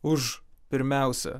už pirmiausia